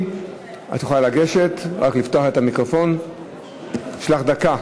מוקדם בוועדת החוקה, חוק ומשפט נתקבלה.